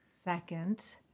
second